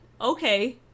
okay